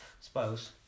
Suppose